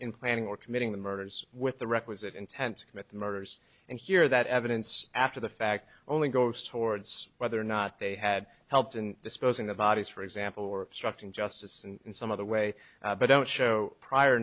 in planning or committing the murders with the requisite intent to commit the murders and here that evidence after the fact only goes towards whether or not they had helped in disposing the bodies for example or struck in justice and in some other way but don't show prior